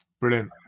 Brilliant